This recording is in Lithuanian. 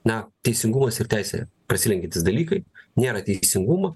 na teisingumas ir teisė prasilenkiantys dalykai nėra teisingumo